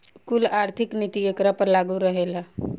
कुल आर्थिक नीति एकरा पर लागू रहेला